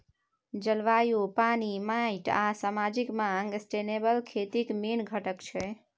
जलबायु, पानि, माटि आ समाजिक माँग सस्टेनेबल खेतीक मेन घटक छै